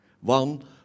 One